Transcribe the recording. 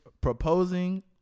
proposing